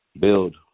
build